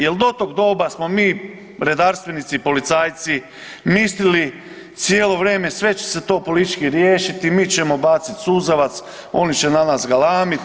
Jer do tog doba smo mi redarstvenici, policajci mislili cijelo vrijeme sve će se to politički riješiti, mi ćemo bacit suzavac, oni će na nas galamiti.